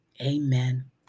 Amen